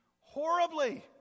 horribly